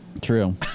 True